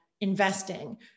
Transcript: investing